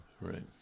Right